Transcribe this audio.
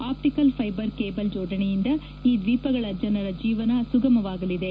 optical fibre cable ಜೋಡಣೆಯಿಂದ ಈ ದ್ವೀಪಗಳ ಜನರ ಜೀವನ ಸುಗಮವಾಗಲಿದೆ